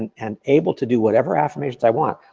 and and able to do whatever affirmations i want.